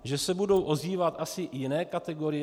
Že se budou ozývat asi i jiné kategorie?